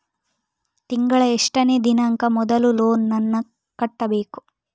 ತಿಂಗಳ ಎಷ್ಟನೇ ದಿನಾಂಕ ಮೊದಲು ಲೋನ್ ನನ್ನ ಕಟ್ಟಬೇಕು?